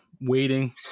waiting